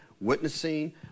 witnessing